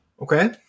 Okay